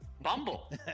Bumble